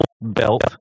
belt